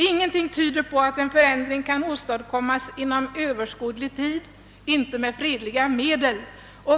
Ingenting tyder på att en förändring kan åstadkommas inom överskådlig tid, i varje fall inte med fredliga medel.